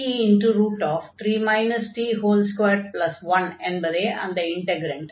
f 1t3 t21 என்பதே அந்த integrand